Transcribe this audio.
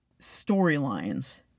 storylines